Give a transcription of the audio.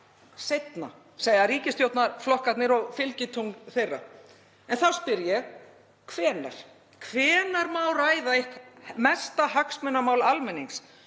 seinna, segja ríkisstjórnarflokkarnir og fylgitungl þeirra. En þá spyr ég: Hvenær? Hvenær má ræða eitt mesta hagsmunamál almennings,